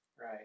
Right